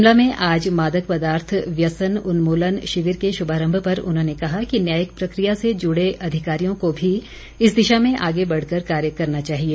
शिमला में आज मादक पदार्थ व्यसन उन्मूलन शिविर के शुभारम्म पर उन्होंने कहा कि न्यायिक प्रक्रिया से जुड़े अधिकारियों को भी इस दिशा में आगे बढ़कर कार्य करना चाहिए